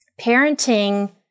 parenting